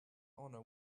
honor